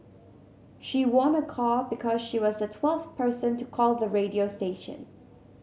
she won a car because she was the twelfth person to call the radio station